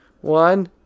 One